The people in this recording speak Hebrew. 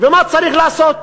ומה צריך לעשות?